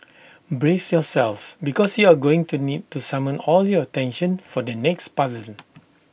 brace yourselves because you're going to need to summon all your attention for the next puzzle